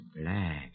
black